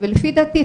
ולפי דעתי,